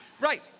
right